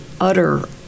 utter